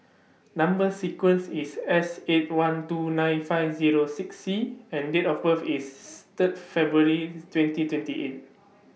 Number sequence IS S eight one two nine five Zero six C and Date of birth IS Third February twenty twenty eight